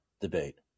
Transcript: debate